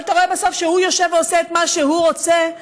אבל תראה בסוף שהוא יושב ועושה את מה שהוא רוצה,